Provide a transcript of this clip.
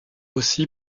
aussi